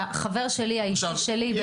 שהחבר שלי האישי שלי,